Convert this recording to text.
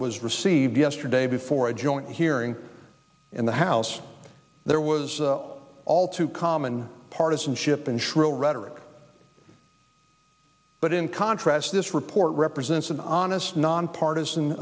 was received yesterday by for a joint hearing in the house there was all too common partisanship and shrill rhetoric but in contrast this report represents an honest nonpartisan